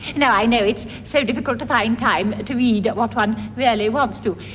no, i know, it's so difficult to find time to read what one really wants to.